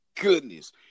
goodness